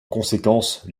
conséquence